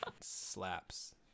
slaps